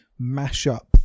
mashup